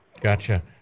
Gotcha